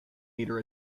meter